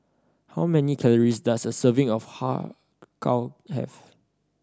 how many calories does a serving of Har Kow have